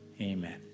amen